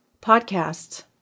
podcasts